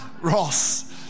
Ross